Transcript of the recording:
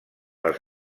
les